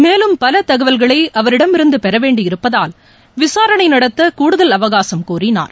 மேலும் பல தகவல்களை அவரிடமிருந்து பெறவேண்டியிருப்பதால் விசாரணை நடத்த கூடுதல் அவகாசம் கோரினார்